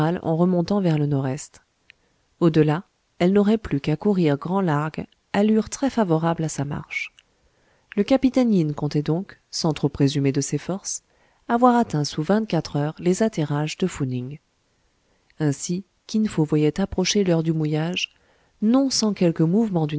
en remontant vers le nordest au-delà elle n'aurait plus qu'à courir grand largue allure très favorable à sa marche le capitaine yin comptait donc sans trop présumer de ses forces avoir atteint sous vingt-quatre heures les atterrages de fou ning ainsi kin fo voyait approcher l'heure du mouillage non sans quelque mouvement